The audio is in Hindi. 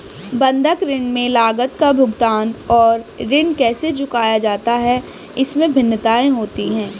बंधक ऋण में लागत का भुगतान और ऋण कैसे चुकाया जाता है, इसमें भिन्नताएं होती हैं